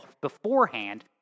beforehand